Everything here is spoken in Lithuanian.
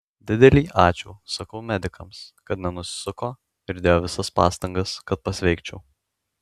didelį ačiū sakau medikams kad nenusisuko ir dėjo visas pastangas kad pasveikčiau